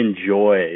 enjoy